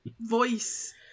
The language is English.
voice